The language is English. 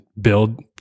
build